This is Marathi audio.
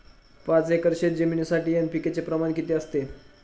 पाच एकर शेतजमिनीसाठी एन.पी.के चे प्रमाण किती असते?